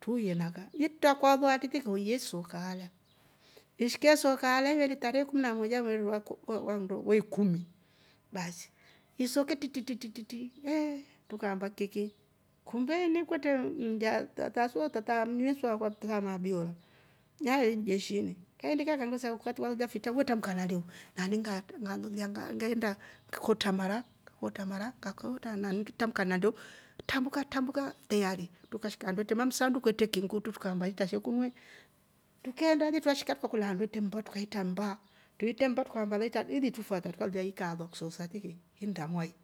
Truye na kaa nikutra kwalua atri kutri olya ye sooka alya ishike isooka alya iveeli tarehe kumi na moja mweeri wa nndo wa ikumi baasi isoke tri! Tri! Eeeh kiki kumbe ini kwetre mlya tata so tata ama abiyola naveeli jeshini kaindika kambesa wakati walolya fitra we trambuka na ndeu naani ngaa ngalolya ngeenda ngakotra mara naani ngili trambuka na ndeu, trambuka trambuka teyari tukashika handu kwetre mamsanduku etre kingutru trukaamba itrashe kunu, tukeenda li twashika trakolya handu etre mmba trukahitra mmba truitre mmba trukaamba le ilitrufata tukalolya ika alua kisoosa tiki innda mwai,